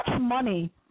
money